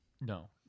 No